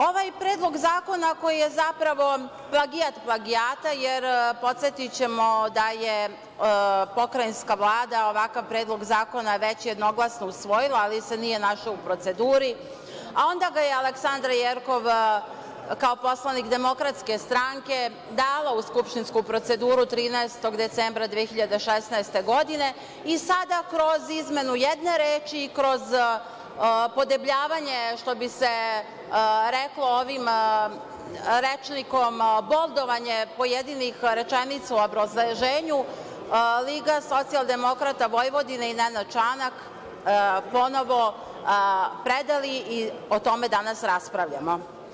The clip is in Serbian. Ovaj Predlog zakona koji je zapravo plagijat plagijata, jer, podsetićemo, da je Pokrajinska Vlada ovakav Predlog zakona već jednoglasno usvojila, ali se nije našao u proceduri, a onda ga je Aleksandra Jerkov, kao poslanik DS, dala u skupštinsku proceduru 13. decembra 2016. godine i sada kroz izmenu jedne reči i kroz podebljavanje, što bi se reklo rečnikom – boldovanje pojedinih rečenica u obrazloženju, LSV i Nenad Čanak ponovo predali i o tome danas raspravljamo.